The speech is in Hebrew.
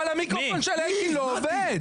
אבל המיקרופון של אלקין לא עובד.